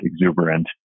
exuberant